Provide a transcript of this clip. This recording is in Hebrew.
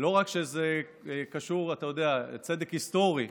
לא רק שזה קשור, אתה יודע, לצדק היסטורי,